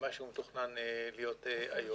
ממה שמתוכנן להיות היום.